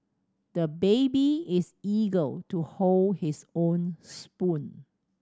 the baby is eager to hold his own spoon